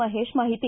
ಮಹೇಶ್ ಮಾಹಿತಿ